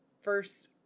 first